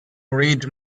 read